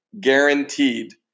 guaranteed